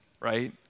right